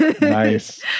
Nice